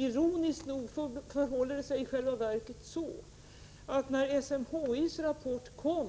Ironiskt nog förhåller det sig i själva verket så, att när SMHI:s rapport kom